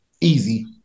easy